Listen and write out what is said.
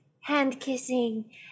hand-kissing